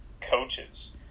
coaches